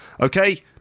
Okay